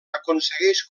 aconsegueix